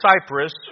Cyprus